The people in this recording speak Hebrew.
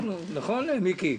נכון, מיקי?